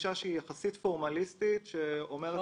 גישה שהיא יחסית פורמאליסטית, היא אומרת: